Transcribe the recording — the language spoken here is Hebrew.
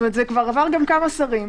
כלומר עבר כמה שרים,